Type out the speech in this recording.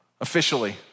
officially